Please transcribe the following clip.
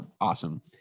awesome